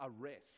arrest